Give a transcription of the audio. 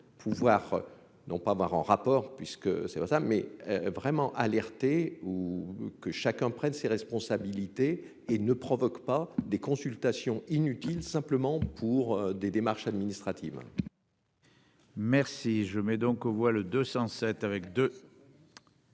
pouvoir non pas voir en rapport, puisque c'est pour ça, mais vraiment alerter ou que chacun prenne ses responsabilités et ne provoque pas des consultations inutiles simplement pour des démarches administratives. Merci. Je mets donc aux voix le 207 avec deux.